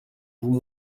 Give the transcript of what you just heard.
vous